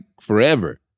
forever